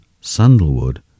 sandalwood